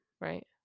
Right